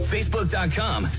Facebook.com